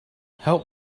help